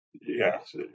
yes